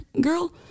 girl